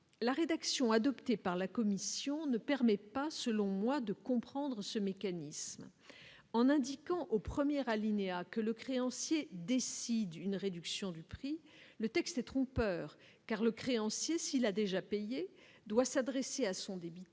la rédaction adoptée par la commission ne permet pas, selon moi, de comprendre ce mécanisme en indiquant au 1er alinéa que le créancier décide une réduction du prix, le texte est trompeur car le créancier, s'il a déjà payé doit s'adresser à son débiteur